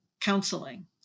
counseling